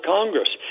Congress